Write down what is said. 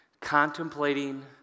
contemplating